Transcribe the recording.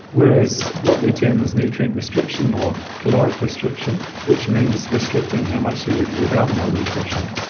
whereas what we term as nutrient restriction or caloric restriction, which means restricting how much you eat without malnutrition,